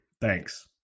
thanks